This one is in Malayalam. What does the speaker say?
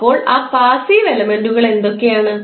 അപ്പോൾ ആ പാസീവ് എലമെൻറുകൾ എന്തൊക്കെയാണ്